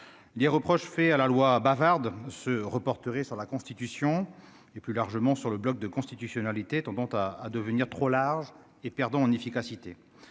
les reproches faits à la loi bavarde se reporteraient sur la Constitution et plus largement sur le bloc de constitutionnalité dont dont à à devenir trop large et perdant en efficacité